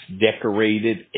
decorated